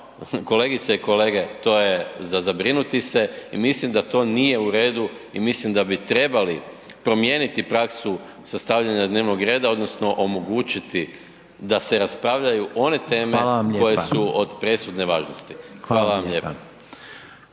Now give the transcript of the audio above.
kolegice i kolege, to je za zabrinuti se i mislim da to nije u redu i mislim da bi trebali promijeniti praksu sastavljanja dnevnog reda odnosno omogućiti da se raspravljaju one teme koje su od presudne važnosti. Hvala vam lijepa.